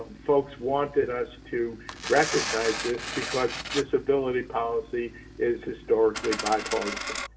um folks wanted us to recognize this because disability policy is historically bipartisan.